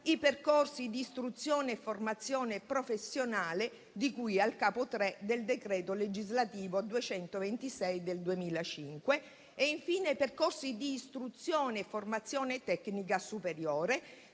i percorsi di istruzione e formazione professionale di cui al capo III del decreto legislativo n. 226 del 2005; infine, i percorsi di istruzione e formazione tecnica superiore